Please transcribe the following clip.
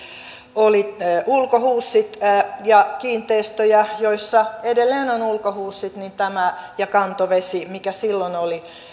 oli ulkohuussit ja sellaisia kiinteistöjähän joissa edelleen on ulkohuussit ja kantovesi mikä silloin oli